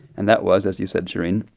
and that was, as you said, shereen,